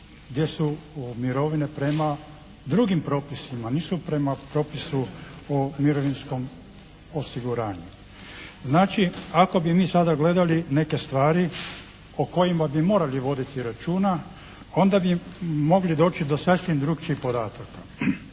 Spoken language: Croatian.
gdje su mirovine prema drugim propisima, nisu prema propisu o mirovinskom osiguranju. Znači ako bi mi sada gledali neke stvari o kojima bi morali voditi računa onda bi mogli doći do sasvim drukčijih podataka.